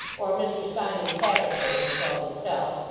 or mr simon tappertit, as he called himself,